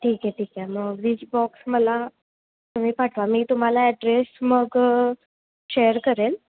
ठीक आहे ठीक आहे मग वीस बॉक्स मला तुम्ही पाठवा मी तुम्हाला ॲड्रेस मग शेअर करेन